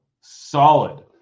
solid